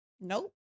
Nope